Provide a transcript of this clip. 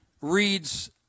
reads